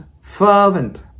fervent